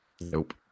Nope